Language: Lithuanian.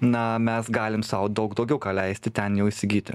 na mes galim sau daug daugiau ką leisti ten jau įsigyti